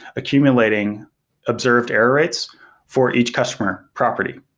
accumulating observed error rates for each customer property.